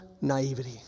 naivety